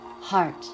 heart